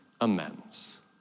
amends